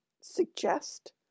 suggest